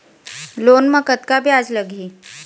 Loan म कतका ब्याज लगही?